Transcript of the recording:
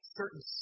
certain